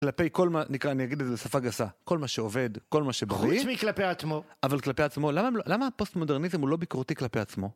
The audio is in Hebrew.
כלפי כל מה, נקרא, אני אגיד את זה בשפה גסה, כל מה שעובד, כל מה שבחורית. חוץ מכלפי עצמו. אבל כלפי עצמו, למה הפוסט-מודרניזם הוא לא ביקורתי כלפי עצמו?